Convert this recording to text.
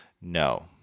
No